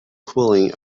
cooling